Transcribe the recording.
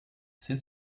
sind